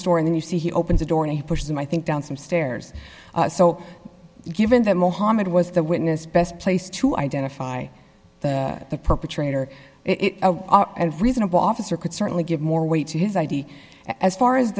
store and then you see he opens the door and he pushed him i think down some stairs so given that mohammad was the witness best place to identify the perpetrator it reasonable officer could certainly give more weight to his id as far as